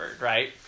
Right